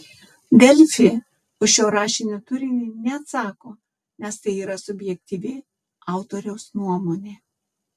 delfi už šio rašinio turinį neatsako nes tai yra subjektyvi autoriaus nuomonė